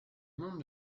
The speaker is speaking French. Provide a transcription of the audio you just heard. monde